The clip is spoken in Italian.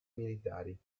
militari